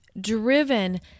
driven